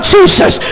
Jesus